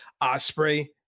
Osprey